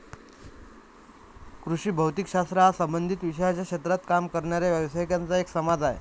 कृषी भौतिक शास्त्र हा संबंधित विषयांच्या क्षेत्रात काम करणाऱ्या व्यावसायिकांचा एक समाज आहे